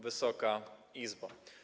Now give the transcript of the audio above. Wysoka Izbo!